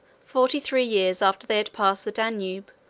forty-three years after they had passed the danube,